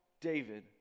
David